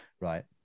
right